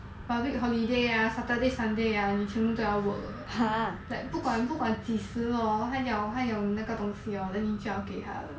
public holiday ah saturday sunday ah 你全部都要 work 的 like 不管不管几时 hor 他要他要你那个东西 hor 你就要给他了